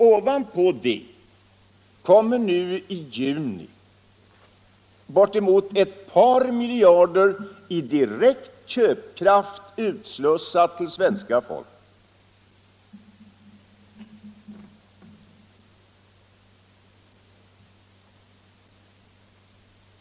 Ovanpå detta kommer nu i juni bortemot ett par miljarder kronor i direkt köpkraft utslussade till svenska folket.